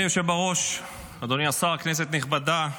היושב-ראש, אדוני השר, כנסת נכבדה,